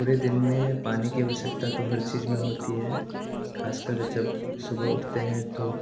पूरे दिन में पानी की आवश्यकता तो हर चीज़ में होती है खास कर जब सुबह उठते हैं तो